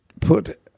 put